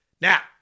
Now